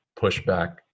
pushback